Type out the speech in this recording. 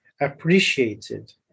appreciated